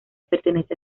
pertenece